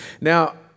Now